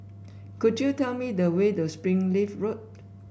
could you tell me the way to Springleaf Road